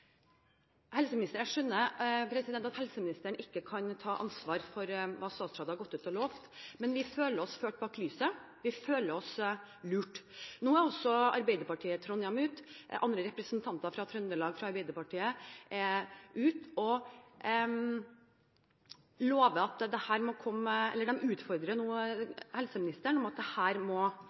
Jeg skjønner at helseministeren ikke kan ta ansvar for hva statsråder har gått ut og lovet, men vi føler oss ført bak lyset. Vi føler oss lurt. Nå har også andre representanter fra Arbeiderpartiet i Trøndelag gått ut og utfordret helseministeren på at dette må komme på plass. Vi håper på en løsning. Jeg må derfor spørre helseministeren om regjeringen vil vurdere å endre finansieringsordningen, slik at det